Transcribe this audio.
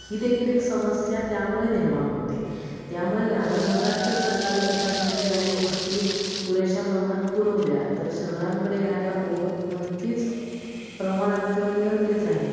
हीदेखील एक समस्या त्यामुळे निर्माण होते त्यामुळे ग्रामीण भागात जर सरकारी प्रशासनाने अनेक गोष्टी पुरेशा प्रमाणात पुरवल्या तर शहरांकडे येणाऱ्या ओघ नक्कीच प्रमाणात किंवा नियंत्रित राहील